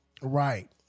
Right